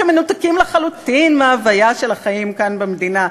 שמנותקים לחלוטין מההוויה של החיים כאן במדינה,